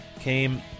came